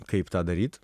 kaip tą daryt